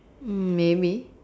mm maybe